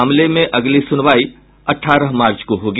मामले में अगली सुनवाई अठारह मार्च को होगी